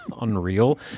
unreal